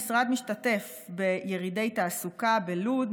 המשרד משתתף בירידי תעסוקה בלוד,